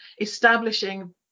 establishing